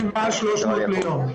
מעל 300 ביום.